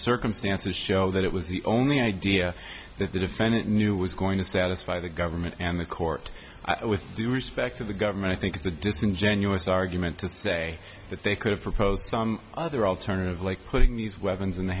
circumstances show that it was the only idea that the defendant knew was going to satisfy the government and the court with due respect to the government i think it's a disingenuous argument to say that they could have proposed some other alternative like putting these weapons in the